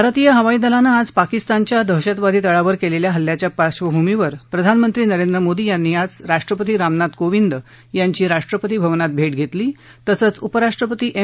भारतीय हवाईदलानं आज पाकिस्तानच्या दहशतवादी तळावर केलेल्या हल्ल्याच्या पार्श्वभूमीवर प्रधानमंत्री नरेंद्र मोदी यांनी आज राष्ट्रपती रामनाथ कोविंद यांची राष्ट्रपती भवनात भे घेतली तसंच उपराष्ट्रपती एम